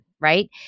Right